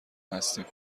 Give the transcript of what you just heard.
هستیم